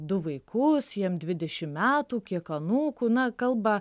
du vaikus jiems dvidešimt metų kiek anūkų na kalba